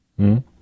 -hmm